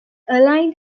aligned